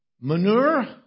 manure